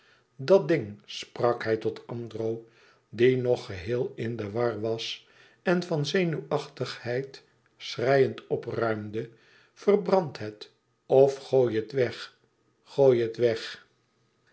dat ding sprak hij tot andro die nog geheel in de war was en van zenuwachtigheid schreiend opruimde verbrand het of gooi het weg gooi het weg